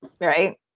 Right